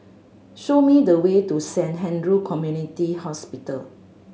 show me the way to Saint Andrew Community Hospital